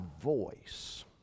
voice